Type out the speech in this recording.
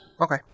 Okay